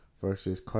versus